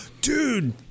Dude